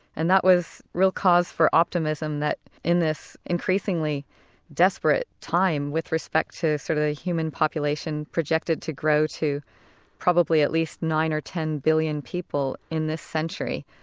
and that was real cause for optimism that in this increasingly desperate time with respect to sort of human population projected to grow to probably at least nine or ten billion people in this century.